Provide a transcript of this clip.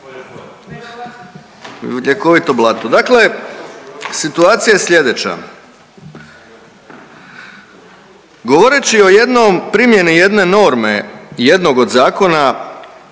Dakle, situacija je sljedeća, govoreći o jednom primjeni jedne norme jednog od zakona